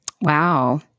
Wow